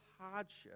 hardship